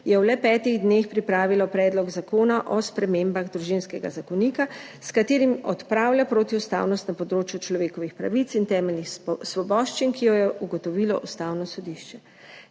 je v le petih dneh pripravilo Predlog zakona o spremembah Družinskega zakonika, s katerim odpravlja protiustavnost na področju človekovih pravic in temeljnih svoboščin, ki jo je ugotovilo Ustavno sodišče.